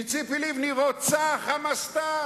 כי ציפי לבני רוצה חמאסטן.